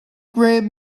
grab